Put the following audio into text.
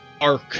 arc